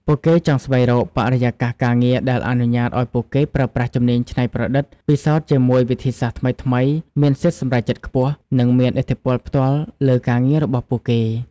ពួកគេចង់ស្វែងរកបរិយាកាសការងារដែលអនុញ្ញាតឱ្យពួកគេប្រើប្រាស់ជំនាញច្នៃប្រឌិត ពិសោធន៍ជាមួយវិធីសាស្រ្តថ្មីៗ មានសិទ្ធិសម្រេចចិត្តខ្ពស់ និងមានឥទ្ធិពលផ្ទាល់លើការងាររបស់ពួកគេ។